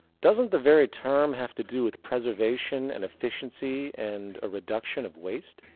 doesn't the very term have to do with preservation and efficiency and a reduction of waste?